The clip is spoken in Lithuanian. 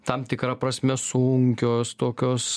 tam tikra prasme sunkios tokios